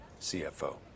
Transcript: CFO